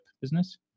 business